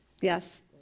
yes